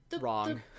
wrong